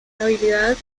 habilidades